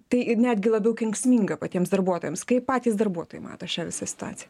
tai ir netgi labiau kenksminga patiems darbuotojams kaip patys darbuotojai mato šią visą situaciją